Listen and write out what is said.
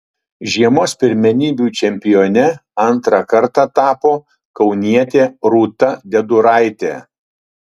žiemos pirmenybių čempione antrą kartą tapo kaunietė rūta deduraitė